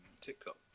tiktok